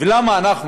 ולמה אנחנו,